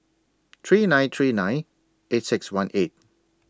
three nine three nine eight six one eight